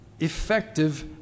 effective